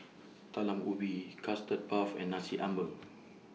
Talam Ubi Custard Puff and Nasi Ambeng